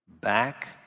back